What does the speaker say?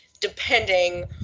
depending